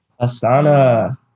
Asana